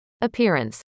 Appearance